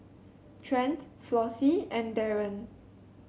Trent Flossie and Daren